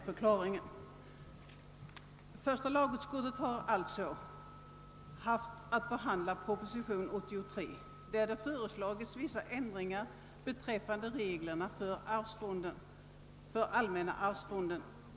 Första lagutskottet har alltså haft att behandla proposition nr 83, vari föreslås vissa ändringar beträffande reglerna för allmänna arvsfonden.